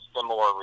similar